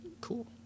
Cool